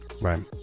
right